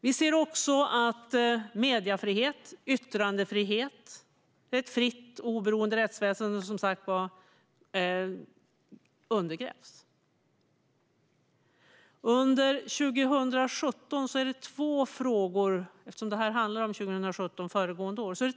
Vi ser att mediefrihet, yttrandefrihet och, som sagt var, ett fritt och oberoende rättsväsen undergrävs. Detta handlar om 2017, alltså föregående år.